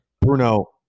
Bruno